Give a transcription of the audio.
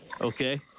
Okay